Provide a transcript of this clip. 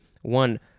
one